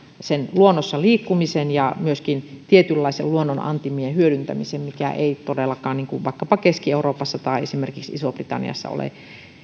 luonnossa liikkumisen ja myöskin tietynlaisen luonnon antimien hyödyntämisen mikä ei todellakaan vaikkapa keski euroopassa tai esimerkiksi isossa britanniassa ole